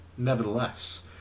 Nevertheless